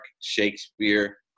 Shakespeare